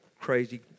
crazy